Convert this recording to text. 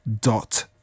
dot